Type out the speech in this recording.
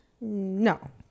No